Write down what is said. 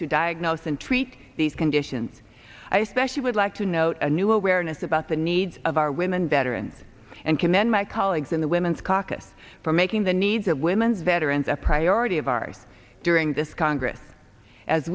to diagnose and treat these conditions especially would like to note a new awareness about the needs of our women veterans and commend my colleagues in the women's caucus for making the needs of women's veterans a priority of ours during this congress as